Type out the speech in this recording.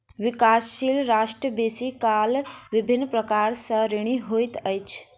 विकासशील राष्ट्र बेसी काल विभिन्न प्रकार सँ ऋणी होइत अछि